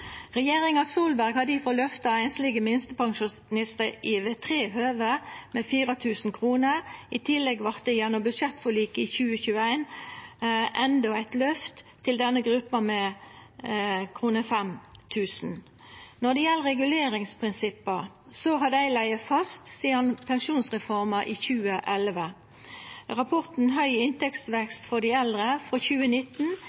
Regjeringa Solberg har difor løfta einslege minstepensjonistar ved tre høve med 4 000 kr. I tillegg vart det gjennom budsjettforliket for 2021 endå eit løft til denne gruppa, på 5 000 kr. Når det gjeld reguleringsprinsippa, har dei lege fast sidan pensjonsreforma i 2011. Rapporten